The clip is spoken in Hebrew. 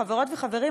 חברות וחברים,